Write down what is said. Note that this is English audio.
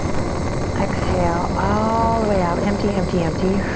exhale all the way out, empty, empty, empty.